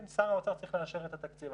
כן, שר האוצר צריך לאשר את התקציב.